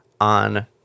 on